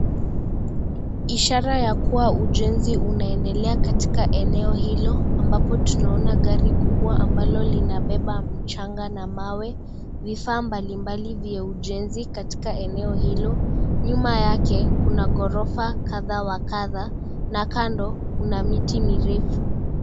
Ishara ya kuwa ujenzi unaendelea katika eneo hilo. Ambapo tunaona gari kubwa ambalo linabeba mchanga na mawe, vifaa mbalimbali vya ujenzi katika eneo hilo. Nyuma yake kuna ghorofa kadha wa kadha na kando kuna miti mirefu.